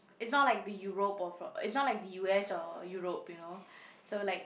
it's not like the Europe or f~ it's not like the U_S or Europe you know so like